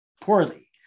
poorly